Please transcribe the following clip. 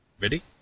ready